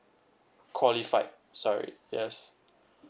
qualify sorry yes